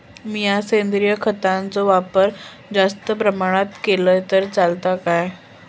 मीया सेंद्रिय खताचो वापर जास्त प्रमाणात केलय तर चलात काय?